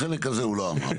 את החלק הזה הוא לא אמר.